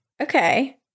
Okay